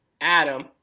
Adam